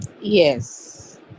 Yes